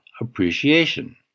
appreciation